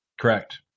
Correct